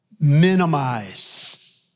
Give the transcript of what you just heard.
minimize